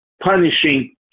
punishing